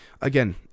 Again